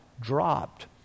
dropped